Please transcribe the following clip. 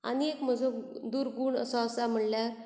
आनीक एक म्हजो दुर्गूण असो आसा म्हणल्यार